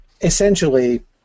Essentially